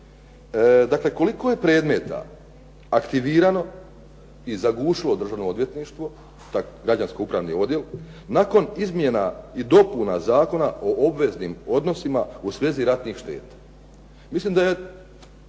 dakle koliko je predmeta aktivirano i zagušilo Državno odvjetništvo taj građansko-upravni odjel nakon izmjena i dopuna Zakona o obveznim odnosima u svezi ratnih šteta. Mislim da je